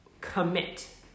commit